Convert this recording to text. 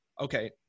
Okay